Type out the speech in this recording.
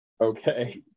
okay